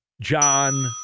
John